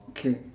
okay